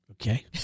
Okay